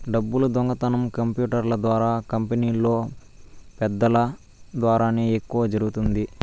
డబ్బులు దొంగతనం కంప్యూటర్ల ద్వారా కంపెనీలో పెద్దల ద్వారానే ఎక్కువ జరుగుతుంది